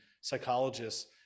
psychologists